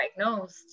diagnosed